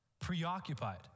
preoccupied